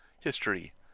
history